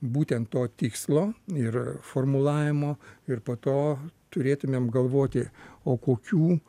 būtent to tikslo ir formulavimo ir po to turėtumėm galvoti o kokių